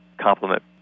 complement